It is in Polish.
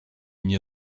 nie